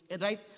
right